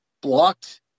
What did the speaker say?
blocked